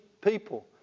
people